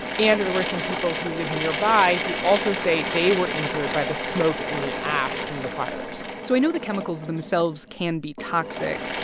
and there were some people who live nearby who also say they were injured by the smoke and the ash from the fires so i know the chemicals themselves can be toxic.